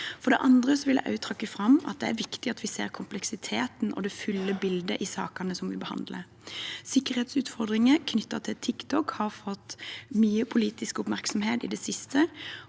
For det andre vil jeg trekke fram at det er viktig at vi ser kompleksiteten og det fulle bildet i sakene vi behandler. Sikkerhetsutfordringer knyttet til TikTok har fått mye politisk oppmerksomhet i det siste,